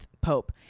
Pope